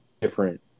different